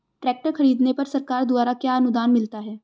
Tractor खरीदने पर सरकार द्वारा क्या अनुदान मिलता है?